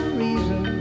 reason